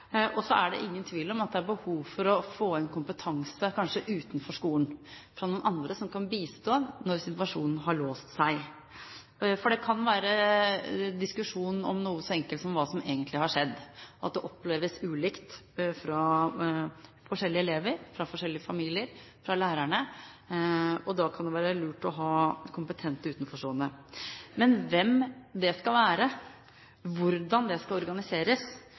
noe så enkelt som hva som egentlig har skjedd, fordi det oppleves ulikt for forskjellige elever, for forskjellige familier og for lærerne. Da kan det være lurt å ha kompetente utenforstående. Hvem det skal være, hvordan det skal organiseres,